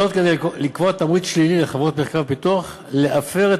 זאת כדי לקבוע תמריץ שלילי לחברות מחקר ופיתוח להפר את